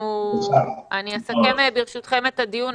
אני אסכם את הדיון.